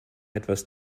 etwas